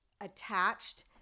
attached